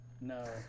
No